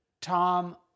Tom